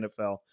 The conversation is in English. NFL